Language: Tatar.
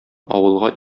авылга